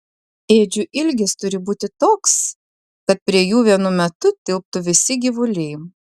ėdžių ilgis turi būti toks kad prie jų vienu metu tilptų visi gyvuliai